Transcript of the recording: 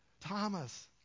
Thomas